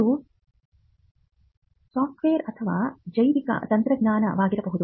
ಅದು ಸಾಫ್ಟ್ವೇರ್ ಅಥವಾ ಜೈವಿಕ ತಂತ್ರಜ್ಞಾನವಾಗಿರಬಹುದು